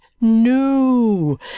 No